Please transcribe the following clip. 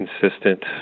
consistent